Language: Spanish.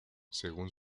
según